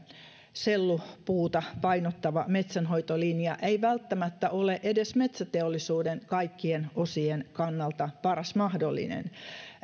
sellupuuta painottava metsänhoitolinja ei välttämättä ole edes metsäteollisuuden kaikkien osien kannalta paras mahdollinen